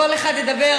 כל אחד ידבר,